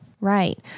Right